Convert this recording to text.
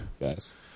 Yes